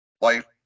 Life